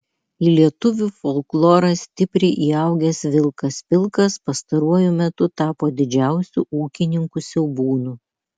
į lietuvių folklorą stipriai įaugęs vilkas pilkas pastaruoju metu tapo didžiausiu ūkininkų siaubūnu